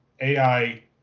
AI